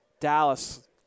Dallas